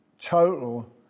total